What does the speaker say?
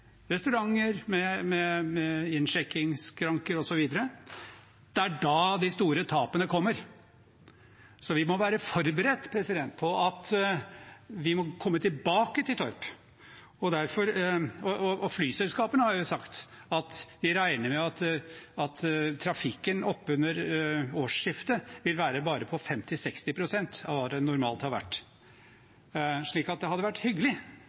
restauranter, med innsjekkingsskranker osv. Det er da de store tapene kommer, så vi må være forberedt på at vi må komme tilbake til Torp. Flyselskapene har sagt at de regner med at trafikken oppunder årsskiftet vil være på bare 50–60 pst. av hva den normalt har vært, så det hadde vært hyggelig